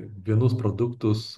vienus produktus